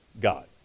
God